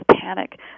panic